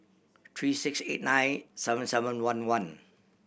three six eight nine seven seven one one